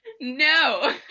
No